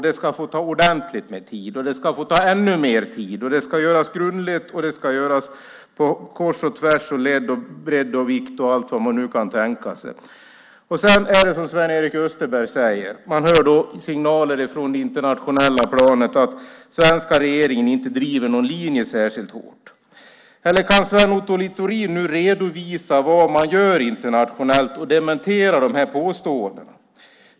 Den ska få ta ordentligt med tid, och ännu mer tid, och den ska göras grundligt, på kors och tvärs, ledd, bredd och vikt och allt vad man nu kan tänka sig. Precis som Sven-Erik Österberg säger hör man signaler på det internationella planet att svenska regeringen inte driver någon linje särskilt hårt. Kan Sven Otto Littorin nu redovisa vad man gör internationellt och dementera påståendena?